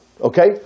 okay